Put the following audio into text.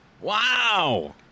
Wow